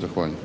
Zahvaljujem.